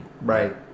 right